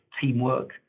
teamwork